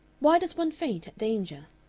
why does one faint at danger?